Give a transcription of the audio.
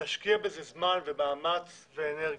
תשקיע בזה זמן ומאמץ ואנרגיות.